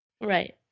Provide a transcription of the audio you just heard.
Right